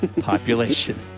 Population